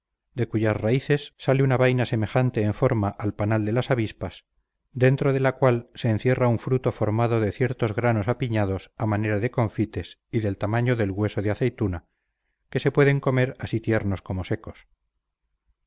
de cuyas raíces sale una vaina semejante en forma al panal de las avispas dentro de la cual se encierra un fruto formado de ciertos granos apiñados a manera de confites y del tamaño del hueso de aceituna que se pueden comer así tiernos como secos